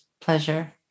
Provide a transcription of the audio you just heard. pleasure